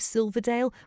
Silverdale